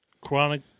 chronic